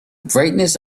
brightness